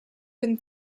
been